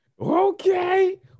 Okay